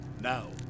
Now